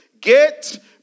get